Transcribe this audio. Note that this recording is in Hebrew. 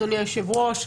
אדוני היושב-ראש,